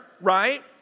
right